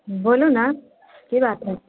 बोलू ने की बात हय